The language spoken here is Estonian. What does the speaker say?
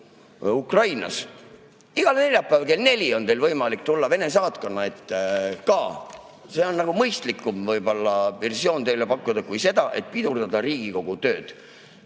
Ukrainas. Igal neljapäeval kell neli on teil võimalik tulla Vene saatkonna ette ka, see on mõistlikum versioon teile pakkuda, kui see, et pidurdada Riigikogu tööd.